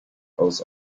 aus